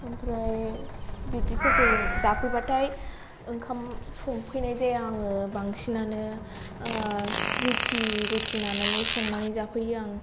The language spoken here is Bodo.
ओमफ्राय बिदिफोरखौ जाफैबाथाय ओंखाम संफैनाय जाया आङो बांसिनानो रुटि रुटि नानानै संनानै जाफैयो आं